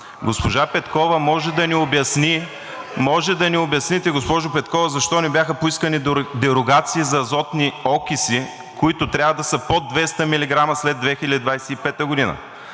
Госпожо Петкова, може да ни обясните защо не бяха поискани дерогации за азотни окиси, които трябва да са под 200 мг след 2025 г.